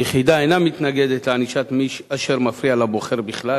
היחידה אינה מתנגדת לענישת מי שמפריע לבוחר בכלל